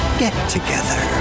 get-together